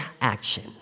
action